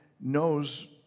knows